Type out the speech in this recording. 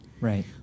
Right